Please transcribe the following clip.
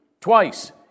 Twice